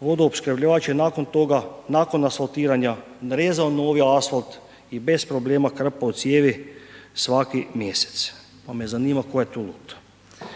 vodoopskrbljivač je nakon toga, nakon asfaltiranja, narezao novi asfalt i bez problema krpao cijevi svaki mjesec pa me zanima tko je tu lud.